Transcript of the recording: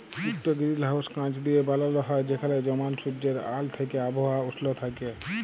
ইকট গিরিলহাউস কাঁচ দিঁয়ে বালাল হ্যয় যেখালে জমাল সুজ্জের আল থ্যাইকে আবহাওয়া উস্ল থ্যাইকে